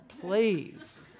please